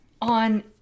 on